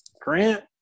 grant